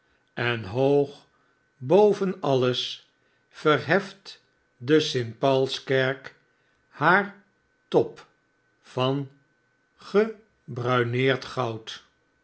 en hoog boven alien verheft de st paulskerk haar top van gebruineerd goud